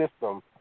system